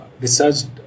researched